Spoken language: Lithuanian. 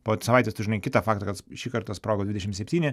po savaitės tu žinai kitą faktą kad šį kartą sprogo dvidešim septyni